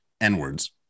N-Words